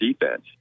defense